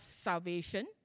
salvation